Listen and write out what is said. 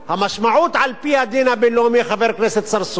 המשמעות על-פי הדין הבין-לאומי, חבר הכנסת צרצור,